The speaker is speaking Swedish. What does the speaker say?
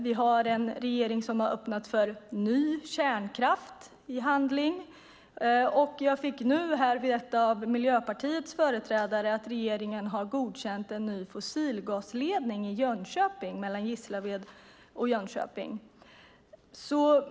Vi har en regering som i handling öppnat för ny kärnkraft. Jag fick nu av Miljöpartiets företrädare veta att regeringen godkänt en ny fossilgasledning mellan Gislaved och Jönköping.